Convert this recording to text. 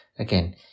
Again